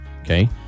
Okay